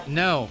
no